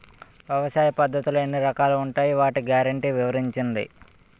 వ్యవసాయ పద్ధతులు ఎన్ని రకాలు ఉంటాయి? వాటి గ్యారంటీ వివరించండి?